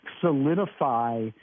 solidify